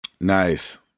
nice